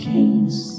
Kings